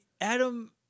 Adam